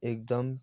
एकदम